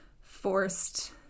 forced